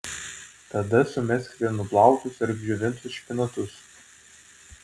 tada sumeskite nuplautus ir apdžiovintus špinatus